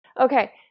Okay